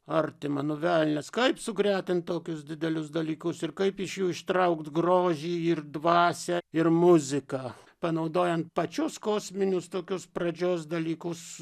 artima nu velnias kaip sugretinti tokius didelius dalykus ir kaip iš jų ištraukti grožį ir dvasią ir muziką panaudojant pačius kosminius tokius pradžios dalykus